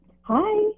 Hi